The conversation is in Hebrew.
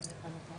הרוויזיה